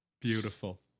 beautiful